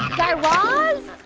guy raz?